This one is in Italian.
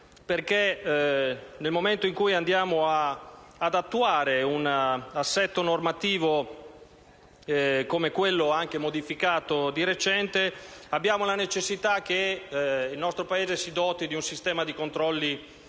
perché, nel momento in cui andiamo ad attuare un assetto normativo come quello modificato di recente, abbiamo la necessità che il nostro Paese si doti di un sistema di controlli efficace: